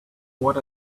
what